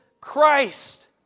Christ